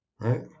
Right